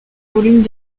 volumes